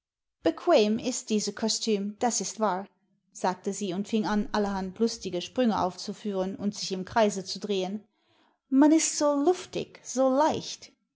ist diese kostüm das ist wahr sagte sie und fing an allerhand lustige sprünge auszuführen und sich im kreise zu drehen man ist so luftig so leicht